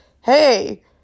hey